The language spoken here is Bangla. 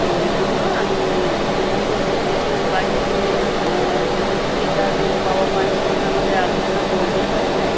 তো ওই জন্য আমি তবুও তো প্রত্যেকের বাড়িতে নিশ্চয়ই তাদের বাবা মায়ের সঙ্গে আমাদের আলোচনা করে নিতে হবে